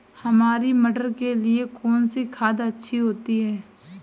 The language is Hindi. हरी मटर के लिए कौन सी खाद अच्छी होती है?